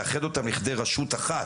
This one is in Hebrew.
לכדי רשות אחת.